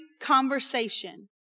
conversation